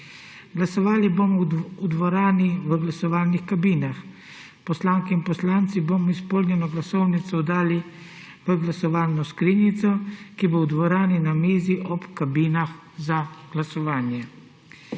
Glasovali bomo v dvorani v glasovalnih kabinah. Poslanke in poslanci bomo izpolnjeno glasovnico oddali v glasovalno skrinjico, ki bo v dvorani na mizi ob kabinah za glasovanje.